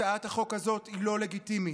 הצעת החוק הזאת היא לא לגיטימית.